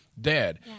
dead